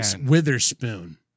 Witherspoon